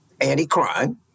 anti-crime